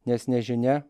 nes nežinia